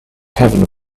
heaven